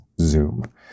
Zoom